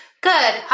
Good